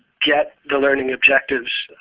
get the learning objectives